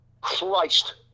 Christ